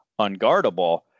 unguardable